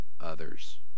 others